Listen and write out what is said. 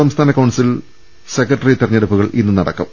സംസ്ഥാന council secretary തെരഞ്ഞെടുപ്പുകൾ ഇന്ന് നടക്കും